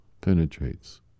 penetrates